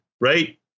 right